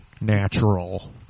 natural